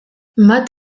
matt